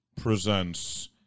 presents